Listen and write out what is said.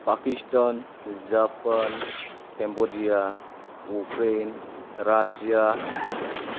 Pakistan Japan Cambodia Ukraine Russia